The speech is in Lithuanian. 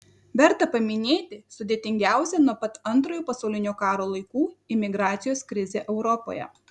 verta paminėti sudėtingiausią nuo pat antrojo pasaulinio karo laikų imigracijos krizę europoje